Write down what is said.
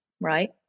right